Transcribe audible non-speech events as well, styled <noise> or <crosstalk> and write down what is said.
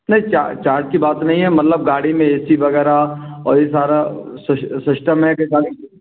नहीं चार्ज की बात नहीं है मतलब गाड़ी में ए सी वगैरह और ये सारा सिष्टम है के <unintelligible>